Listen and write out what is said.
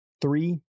three